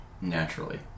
naturally